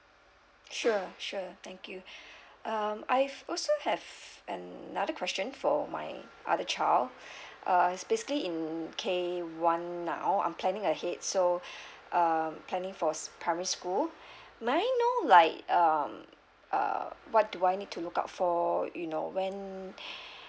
sure sure thank you um I've also have another question for my other child uh basically in K one now I'm planning ahead so um planning for s~ primary school may I know like um uh what do I need to look out for you know when